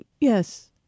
Yes